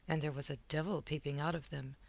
and there was a devil peeping out of them,